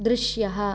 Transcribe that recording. दृश्यः